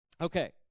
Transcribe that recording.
Okay